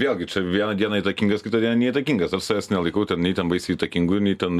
vėlgi čia vieną dieną įtakingas kitą dieną neįtakingas aš savęs nelaikau ten nei ten baisiai įtakingu nei ten